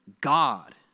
God